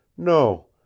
No